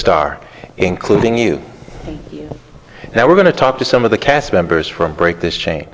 star including you now we're going to talk to some of the cast members from break this chain